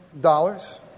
Dollars